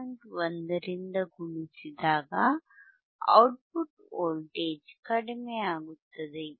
1 ರಿಂದ ಗುಣಿಸಿದಾಗ output voltage ಕಡಿಮೆಯಾಗುತ್ತದೆ